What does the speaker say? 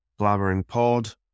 blabberingpod